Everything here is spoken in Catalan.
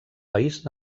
país